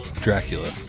Dracula